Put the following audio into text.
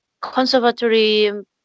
conservatory